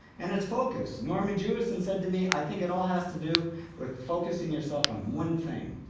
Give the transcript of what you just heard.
and it's focus. norman jewison said to me, i think it all has to do with focusing yourself on one thing.